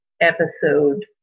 episode